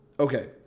Okay